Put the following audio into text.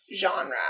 genre